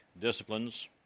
disciplines